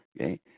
okay